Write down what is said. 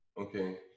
Okay